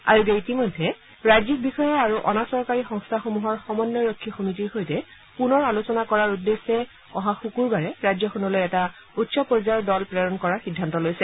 আয়োগে ইতিমধ্যে ৰাজ্যিক বিষয়া আৰু অনা চৰকাৰী সংস্থাসমূহৰ সমন্নয়ৰক্ষী সমিতিৰ সৈতে পুনৰ আলোচনা কৰাৰ উদ্দেশ্যে অহা শুকুৰবাৰে ৰাজ্যখনলৈ এটা উচ্চ পৰ্যায়ৰ দল প্লেৰণ কৰাৰ সিদ্ধান্ত লৈছে